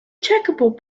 checkerboard